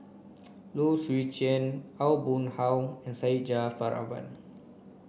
Low Swee Chen Aw Boon Haw and Syed Jaafar Albar